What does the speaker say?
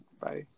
Bye